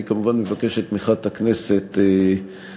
אני כמובן מבקש את תמיכת הכנסת בהצעה.